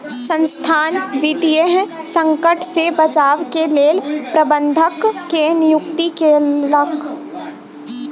संसथान वित्तीय संकट से बचाव के लेल प्रबंधक के नियुक्ति केलक